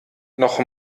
noch